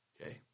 Okay